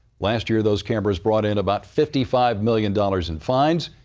last year those cameras brought in about fifty five million dollars in fines.